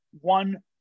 one